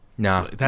No